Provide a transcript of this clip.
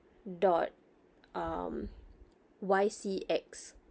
dot um Y C X